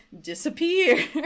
disappear